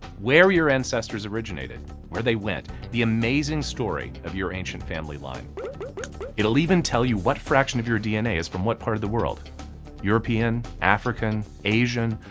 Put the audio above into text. where your ancestors originated, and where they went. the amazing story of your ancient family line it will even tell you what fraction of your dna is from what part of the world european, african, asian,